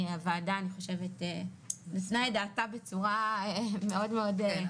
הוועדה אני חושבת נתנה את דעתה בצורה מאוד מאוד רצינית לענין.